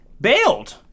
bailed